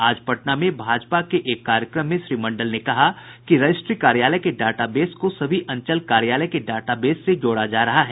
आज पटना में भाजपा के एक कार्यक्रम में श्री मंडल ने कहा कि रजिस्ट्री कार्यालय के डाटाबेस को सभी अंचल कार्यालय के डाटाबेस से जोड़ा जा रहा है